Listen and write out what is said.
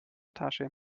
tasche